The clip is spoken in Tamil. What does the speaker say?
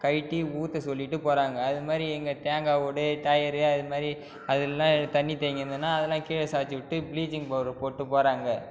கலட்டி ஊற்ற சொல்லிகிட்டு போகிறாங்க அது மாதிரி எங்கள் தேங்காய் ஓடு டயரு அது மாதிரி அதெல்லாம் எது தண்ணி தேங்கிருந்துனா அதெல்லாம் கீழே சாய்ச்சி விட்டு பிளீச்சிங் பவுடர் போட்டு போகிறாங்க